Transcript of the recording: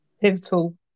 pivotal